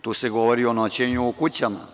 Tu se govori o noćenju u kućama.